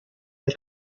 ein